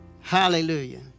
Hallelujah